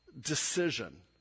decision